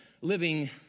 living